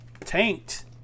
Tanked